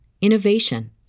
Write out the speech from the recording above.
innovation